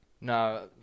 No